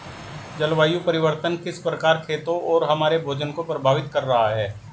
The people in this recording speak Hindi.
जलवायु परिवर्तन किस प्रकार खेतों और हमारे भोजन को प्रभावित कर रहा है?